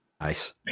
Nice